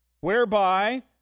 whereby